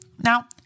Now